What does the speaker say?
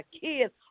kids